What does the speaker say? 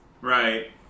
Right